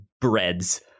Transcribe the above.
breads